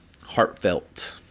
heartfelt